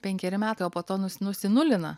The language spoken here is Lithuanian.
penkeri metai o po to nusinulina